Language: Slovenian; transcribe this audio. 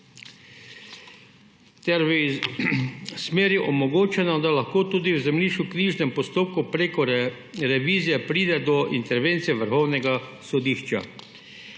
pravic. Omogočeno je, da lahko tudi v zemljiškoknjižnem postopku prek revizije pride do intervencije Vrhovnega sodišča.